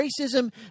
racism